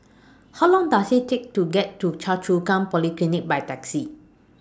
How Long Does IT Take to get to Choa Chu Kang Polyclinic By Taxi